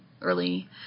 early